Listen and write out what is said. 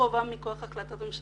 חובה מכוח החלטת ממשלה.